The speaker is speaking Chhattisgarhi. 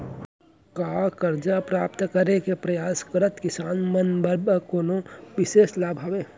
का करजा प्राप्त करे के परयास करत किसान मन बर कोनो बिशेष लाभ हवे?